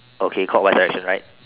okay clockwise direction right